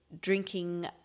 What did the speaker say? Drinking